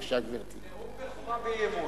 נאום בכורה באי-אמון.